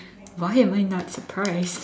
why am I not surprised